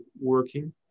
working